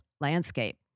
landscape